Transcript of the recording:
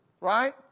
right